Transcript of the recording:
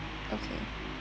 okay